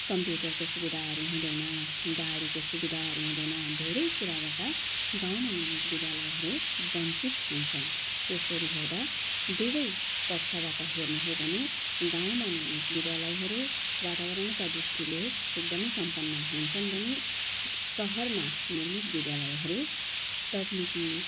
कम्प्युटरको सुविधाहरू हुँदैन गाडीको सुविधाहरू हुँदैन धेरै कुराबाट गाउँमा निर्मित विद्यालयहरू वन्चित हुन्छन् यसरी हेर्दा दुवै पक्षबाट हेर्ने हो भने गाउँमा निर्मित विद्यालयहरू वातावरणका दृष्टिले एकदमै सम्पन्न हुन्छन् भने सहरमा निर्मित विद्यालयहरू तक्निकी